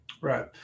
Right